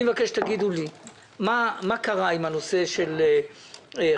אני מבקש שתגידו לי מה קרה עם הנושא של חרסה